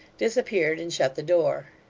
disappeared, and shut the door.